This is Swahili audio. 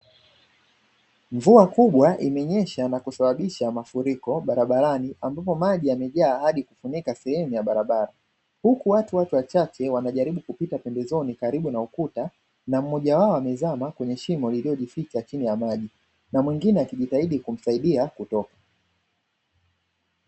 Mvua kubwa imenyesha na kusababisha mafuriko barabarani, ambapo maji yamejaa hadi kufunika sehemu ya barabara huku watu wachache wanajaribu kupita pembezoni karibu na ukuta na mmoja wao amezama kwenye shimo lililojificha chini ya maji na mwengine akijitahidi kumsaidia kutoka.